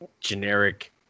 Generic